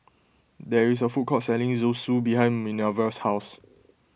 there is a food court selling Zosui behind Minervia's house